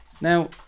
Now